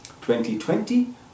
2020